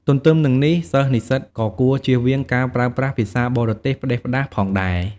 ទន្ទឹមនឹងនេះ សិស្សនិស្សិតក៏គួរ ចៀសវាងការប្រើប្រាស់ភាសាបរទេសផ្តេសផ្តាសផងដែរ។